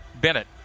Bennett